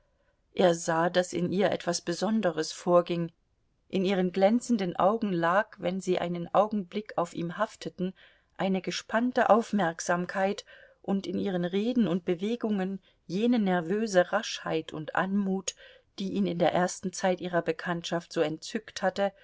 er sah daß in ihr etwas besonderes vorging in ihren glänzenden augen lag wenn sie einen augenblick auf ihm hafteten eine gespannte aufmerksamkeit und in ihren reden und bewegungen jene nervöse raschheit und anmut die ihn in der ersten zeit ihrer bekanntschaft so entzückt hatte